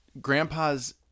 grandpa's